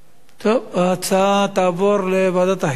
תעבור לוועדת החינוך.